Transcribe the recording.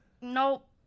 Nope